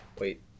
Wait